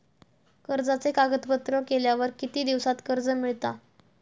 कर्जाचे कागदपत्र केल्यावर किती दिवसात कर्ज मिळता?